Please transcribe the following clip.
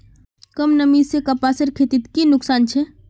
कम नमी से कपासेर खेतीत की की नुकसान छे?